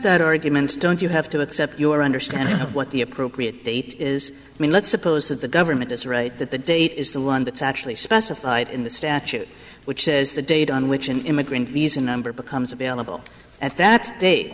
that argument don't you have to accept your understanding of what the appropriate date is i mean let's suppose that the government is right that the date is the one that's actually specified in the statute which says the date on which an immigrant visa number becomes available at that